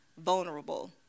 vulnerable